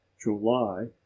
july